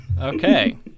Okay